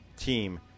team